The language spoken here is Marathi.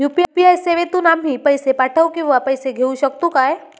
यू.पी.आय सेवेतून आम्ही पैसे पाठव किंवा पैसे घेऊ शकतू काय?